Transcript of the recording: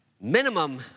minimum